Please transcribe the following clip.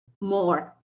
more